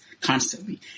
constantly